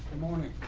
morning.